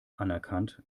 anerkannt